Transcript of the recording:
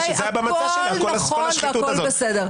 שזה היה במצע שלה על כל השחיתות הזאת...